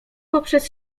poprzez